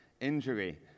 injury